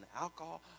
alcohol